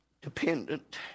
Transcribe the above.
dependent